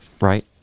right